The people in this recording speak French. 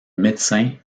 médecin